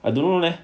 I don't know leh